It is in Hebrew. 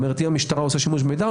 אם המשטרה עושה שימוש במידע,